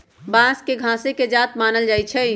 बांस के घासे के जात मानल जाइ छइ